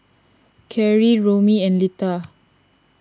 Kerry Romie and Litha